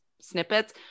snippets